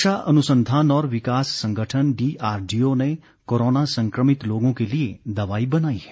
रक्षा अनुसंधान और विकास संगठन डी आर डी ओ ने कोरोना संक्रमित लोगों के लिए दवाई बनाई है